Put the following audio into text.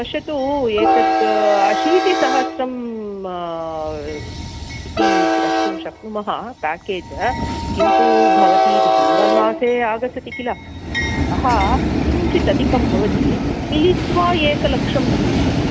पश्यतु एतद् अशीतिसहस्रम् इति द्रष्टुं शक्नुमः पेकेज् किन्तु भवती डिसेम्बर् मासे आगच्छति किल अतः किञ्चित् अधिकं भवति मिलित्वा एकलक्षं भविष्यति